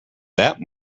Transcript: that